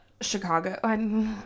Chicago